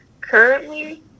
currently